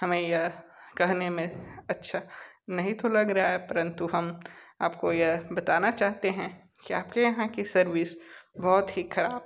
हमें यह कहने में अच्छा नहीं तो लग रहा है परंतु हम आपको यह बताना चाहते हैं कि आपके यहाँ की सर्विस बहुत ही खराब